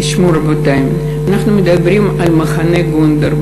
תשמעו, רבותי, אנחנו מדברים על מחנה גונדר.